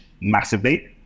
massively